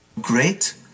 Great